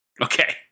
Okay